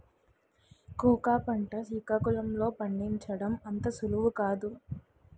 cocoa పంట సికాకుళం లో పండించడం అంత సులువు కాదు